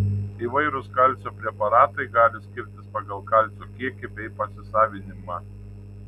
įvairūs kalcio preparatai gali skirtis pagal kalcio kiekį bei pasisavinimą